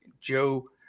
Joe